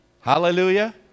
Hallelujah